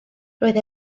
roedd